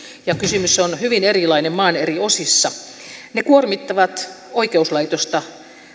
ja kysymys on hyvin erilainen maan eri osissa ne kuormittavat oikeuslaitosta